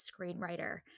screenwriter